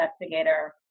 investigator